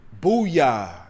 Booyah